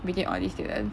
between all these students